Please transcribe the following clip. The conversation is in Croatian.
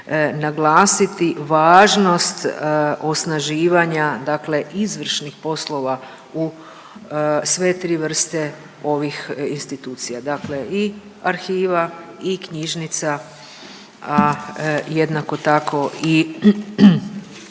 naglasiti važnost osnaživanja dakle izvršnih poslova u sve tri vrste ovih institucija, dakle i arhiva i knjižnica, a jednako tako i